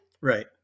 Right